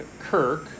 Kirk